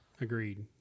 agreed